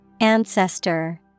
Ancestor